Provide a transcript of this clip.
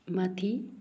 माथि